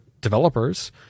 developers